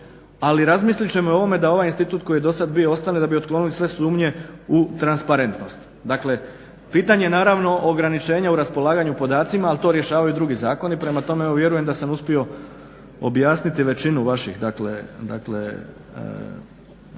ali razmislit ćemo i o ovome da ovaj institut koji je dosad bio ostane da bi otklonili sve sumnje u transparentnost. Dakle pitanje je naravno ograničenja u raspolaganju podacima, ali to rješavaju drugi zakoni, prema tome vjerujem da sam uspio objasniti većinu vaših